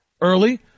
Early